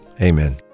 Amen